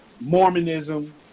Mormonism